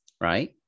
Right